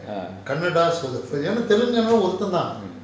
ah